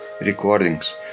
recordings